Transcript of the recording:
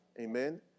Amen